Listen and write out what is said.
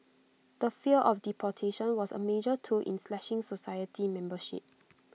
the fear of deportation was A major tool in slashing society membership